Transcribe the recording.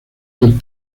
del